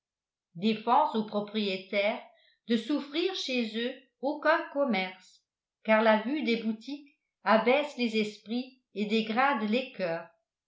défense aux propriétaires de souffrir chez eux aucun commerce car la vue des boutiques abaisse les esprits et dégrade les coeurs